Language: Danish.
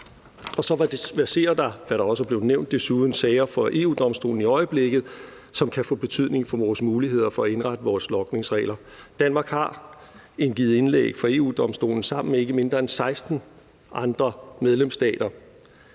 Og så verserer der, hvad der også er blevet nævnt, desuden sager for EU-Domstolen i øjeblikket, som kan få betydning for vores muligheder for at indrette vores logningsregler. Danmark har indgivet indlæg for EU-Domstolen sammen med ikke mindre end 16 andre medlemsstater,